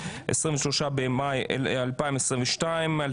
23 במאי 2022. אני מתכבד לפתוח את ישיבת ועדת הכנסת.